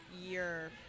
year